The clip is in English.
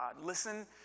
Listen